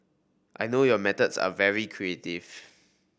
I know your methods are very creative